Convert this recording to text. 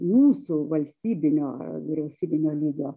mūsų valstybinio vyriausybinio lygio